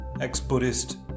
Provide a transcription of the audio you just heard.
ex-Buddhist